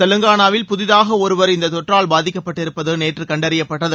தெலங்கானாவில் புதிதாக ஒருவர் இந்த தொற்றால் பாதிக்கப்பட்டிருப்பது நேற்று கண்டறியப்பட்டது